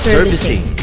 Servicing